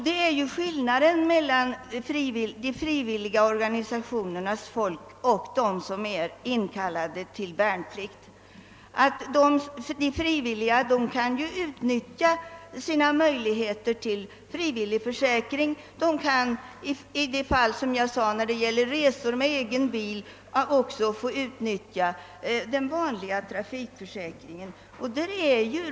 Det är skillnaden mellan de frivilliga organisationernas medlemmar och dem som är inkallade till värnpliktstjänstgöring. De förra kan ju utnyttja sina möjligheter till frivillig försäkring. De kan, såsom jag påpekat, vid resor med egen bil också få utnyttja den vanliga trafikförsäkringen.